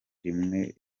rimwe